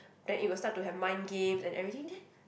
then it will start to have mind games and everything then